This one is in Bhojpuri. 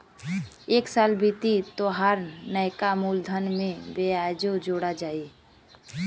एक साल बीती तोहार नैका मूलधन में बियाजो जोड़ा जाई